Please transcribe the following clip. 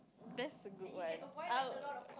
that's a good one I'll